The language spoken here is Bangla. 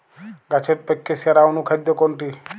গাছের পক্ষে সেরা অনুখাদ্য কোনটি?